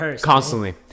constantly